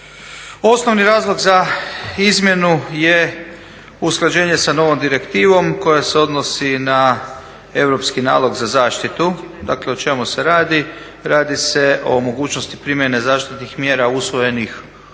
Osnovni razlog za izmjenu je usklađenje sa novom direktivom koja se odnosi na Europski nalog za zaštitu. Dakle o čemu se radi? Radi se o mogućnosti primjene zaštitnih mjera usvojenih u